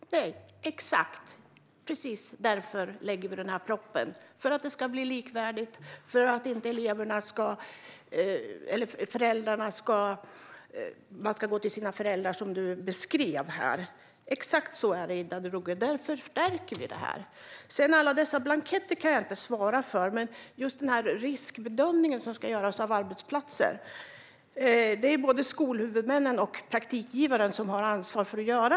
Herr talman! Nej, exakt, och precis därför lägger vi fram denna proposition - för att det ska bli likvärdigt och för att eleverna inte ska behöva gå till sina föräldrar. Det är exakt så som du beskrev, Ida Drougge, och därför stärker vi detta. Jag kan inte svara för alla blanketter, men när det gäller riskbedömningen av arbetsplatserna har både skolhuvudmännen och praktikgivarna ett ansvar.